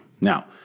Now